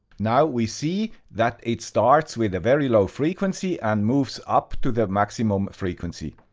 now we see that it starts with a very low frequency and move so up to the maximum frequency.